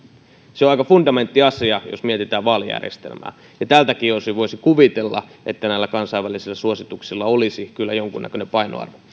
se on aika fundamentti asia jos mietitään vaalijärjestelmää tältäkin osin voisi kuvitella että näillä kansainvälisillä suosituksilla olisi kyllä jonkunnäköinen painoarvo